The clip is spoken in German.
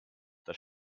das